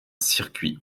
circuit